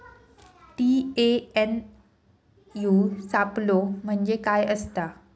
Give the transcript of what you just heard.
TNAU सापलो म्हणजे काय असतां?